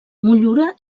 motllura